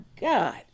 God